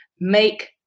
make